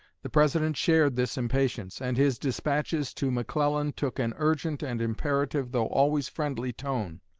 the president shared this impatience, and his despatches to mcclellan took an urgent and imperative though always friendly tone.